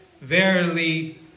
verily